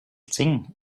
thing